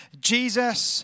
Jesus